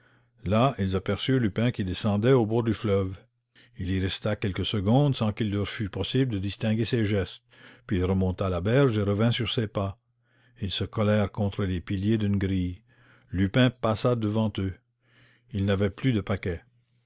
là ils aperçurent bresson qui descendait au bord du fleuve il y resta quelques secondes sans qu'il leur fût possible de distinguer ses gestes puis il remonta la berge et revint sur ses pas ils se collèrent contre les piliers d'une grille bresson passa devant eux il n'avait plus de paquet